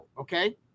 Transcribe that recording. okay